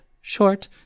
short